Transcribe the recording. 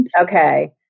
Okay